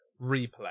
replay